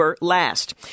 Last